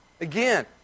again